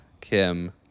Kim